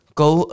go